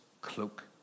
cloak